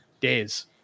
days